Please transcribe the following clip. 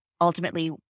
ultimately